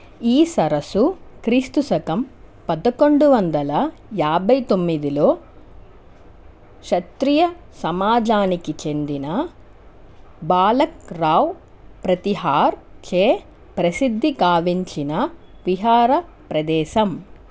ఈ సరస్సు క్రీస్తు శకం పదకొండు వందల యాభై తొమ్మిదిలో క్షత్రియ సమాజానికి చెందిన బాలక్ రావ్ ప్రతిహార్ చే ప్రసిద్ధి గావించిన విహార ప్రదేశం